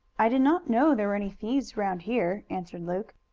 i did not know there were any thieves round here, answered luke.